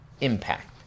impact